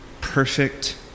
perfect